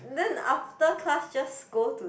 then after class just go to